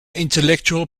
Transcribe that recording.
intellectual